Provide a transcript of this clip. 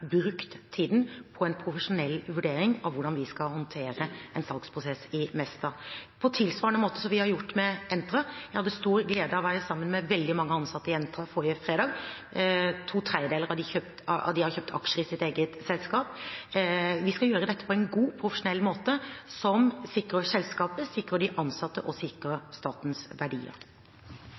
brukt tiden på en profesjonell vurdering av hvordan vi skal håndtere en salgsprosess i Mesta, på tilsvarende måte som vi har gjort med Entra. Jeg hadde stor glede av å være sammen med veldig mange ansatte i Entra forrige fredag. To tredjedeler av dem har kjøpt aksjer i sitt eget selskap. Vi skal gjøre dette på en god, profesjonell måte, som sikrer selskapet, sikrer de ansatte og sikrer statens verdier.